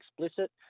explicit